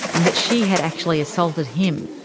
and that she had actually assaulted him.